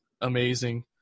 amazing